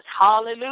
Hallelujah